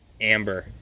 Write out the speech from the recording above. Amber